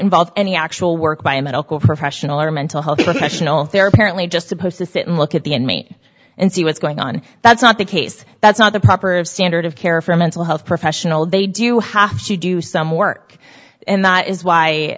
involve any actual work by a medical professional or mental health professional their parents are just supposed to sit and look at the in maine and see what's going on that's not the case that's not the proper of standard of care for a mental health professional they do have to do some work and that is why